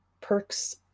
perks